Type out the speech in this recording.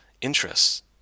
interests